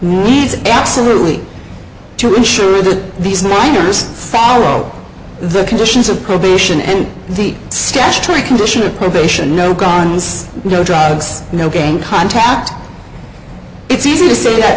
these absolutely to ensure that these miners follow the conditions of probation and the statutory condition of probation no guns no drugs no gang contact it's easy to say